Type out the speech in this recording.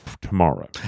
tomorrow